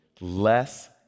less